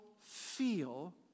feel